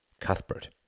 Cuthbert